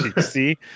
See